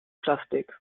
plastik